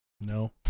No